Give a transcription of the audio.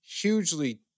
hugely